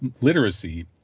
literacy